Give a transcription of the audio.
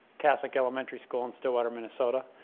catholic elementary school in stillwater, minnesota.